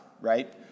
right